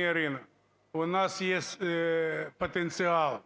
Ірина, у нас є потенціал